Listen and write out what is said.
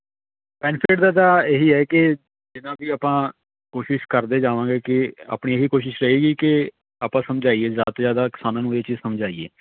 benefit ਦਾ ਤਾਂ ਇਹੀ ਹੈ ਕਿ ਜਿੰਨਾ ਵੀ ਆਪਾਂ ਕੋਸ਼ਿਸ਼ ਕਰਦੇ ਜਾਵਾਂਗੇ ਕਿ ਆਪਣੀ ਇਹੀ ਕੋਸ਼ਿਸ਼ ਰਹੇਗੀ ਕਿ ਆਪਾਂ ਸਮਝਾਈਏ ਜ਼ਿਆਦਾ ਤੋਂ ਜ਼ਿਆਦਾ ਕਿਸਾਨਾਂ ਨੂੰ ਇਹ ਚੀਜ਼ ਸਮਝਾਈਏ